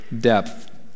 depth